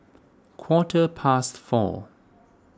quarter past four